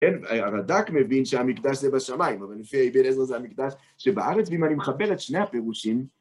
כן, הרד"ק מבין שהמקדש זה בשמיים, אבל לפי האבן עזרא זה המקדש שבארץ, ואם אני מחבר את שני הפירושים...